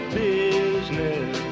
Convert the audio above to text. business